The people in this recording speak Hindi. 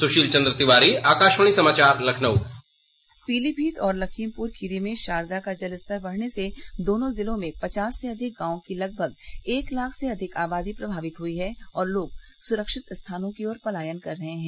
सुशील चन्द तिवारी आकासवाणी समाचार लखनऊ पीलीमीत और लखीमपुर खीरी में शारदा का जल स्तर बढ़ने से दोनों जिलों में पचास से अधिक गाँव की लगभग एक लाख से अधिक आबादी प्रभावित हुई है और लोग सुरक्षित स्थानों की ओर पलायन कर रहे है